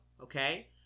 okay